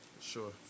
Sure